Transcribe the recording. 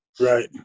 Right